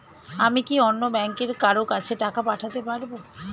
আমি কি অন্য ব্যাংকের কারো কাছে টাকা পাঠাতে পারেব?